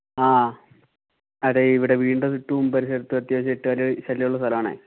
ആ അതേ ഇവിടെ വീടിൻ്റെ തൊട്ട് മുമ്പ് പരിസരത്ത് അത്യാവശ്യം എട്ടുകാലി ശല്യം ഉള്ള സ്ഥലമാണ്